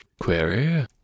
query